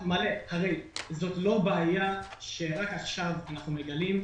זאת לא בעיה שרק עכשיו אנחנו מגלים,